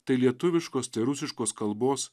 tai lietuviškos rusiškos kalbos